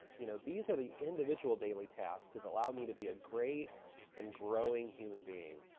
you know these are the individual daily tasks that allow me to be a great and growing human being.